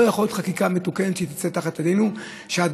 לא יכולה להיות חקיקה מתוקנת שתצא תחת ידינו שבה